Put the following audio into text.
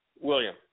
William